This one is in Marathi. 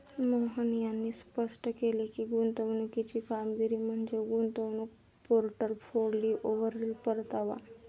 मोहन यांनी स्पष्ट केले की, गुंतवणुकीची कामगिरी म्हणजे गुंतवणूक पोर्टफोलिओवरील परतावा